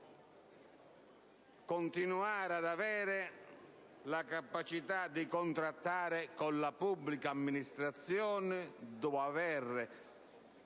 continuare ad avere la capacità di contrattare con la pubblica amministrazione, avendo